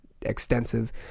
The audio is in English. extensive